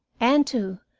and, too,